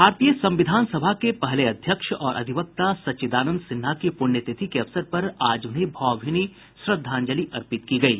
भारतीय संविधान सभा के पहले अध्यक्ष और अधिवक्ता सच्चिदानंद सिन्हा की पूण्यतिथि के अवसर पर आज उन्हें भावभीनी श्रद्धांजलि अर्पित की गयी